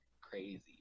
Crazy